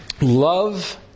Love